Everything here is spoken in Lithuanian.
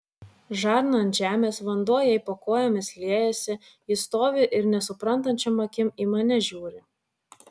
žarna ant žemės vanduo jai po kojomis liejasi ji stovi ir nesuprantančiom akim į mane žiūri